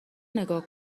نگاه